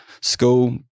school